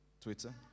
Twitter